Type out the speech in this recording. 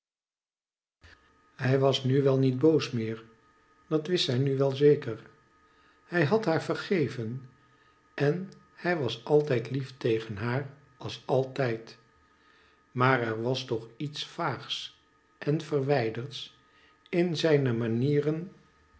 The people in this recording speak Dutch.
hij was nu wel niet boos meet dat wist zij nu wel zeker hij had haar vergeven en hij was altijd lief tegen haar als altijd maar er was toch iets vaags en verwijderds in zijne manieren